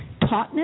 tautness